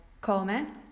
come